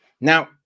Now